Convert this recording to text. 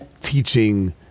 teaching